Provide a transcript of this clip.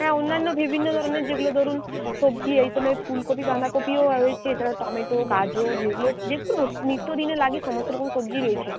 হ্যাঁ অন্যান্য বিভিন্ন ধরনের যেগুলো ধরুন সবজি এইসময় ফুলকপি বাঁধাকপিও রয়েছে এছাড়া টমেটো গাজর যেগুলো যেগুলো নিত্যদিনে লাগে সমস্ত রকম সবজিই রয়েছে